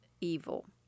evil